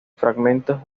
fragmentos